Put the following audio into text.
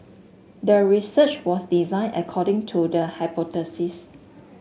the research was designed according to the hypothesis